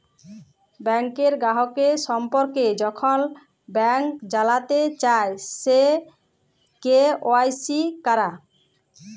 ব্যাংকের গ্রাহকের সম্পর্কে যখল ব্যাংক জালতে চায়, সে কে.ওয়াই.সি ক্যরা